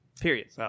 Period